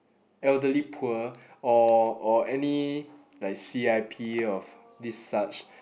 elderly poor or or any like C_I_P of this such